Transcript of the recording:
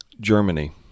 Germany